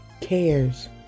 cares